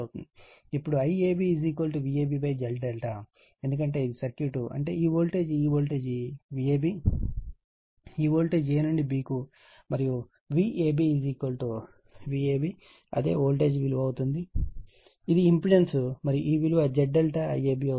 ఇప్పుడు IAB Vab Z∆ ఎందుకంటే ఇది సర్క్యూట్ అంటే ఈ వోల్టేజ్ ఈ వోల్టేజ్ Vab ఈ వోల్టేజ్ A నుండి B కు మరియు VAB Vab అదే వోల్టేజ్ విలువ అవుతుంది ఇది ఇంపెడెన్స్ మరియు ఈ విలువ Z∆ IAB అవుతుంది